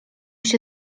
się